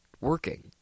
working